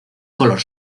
color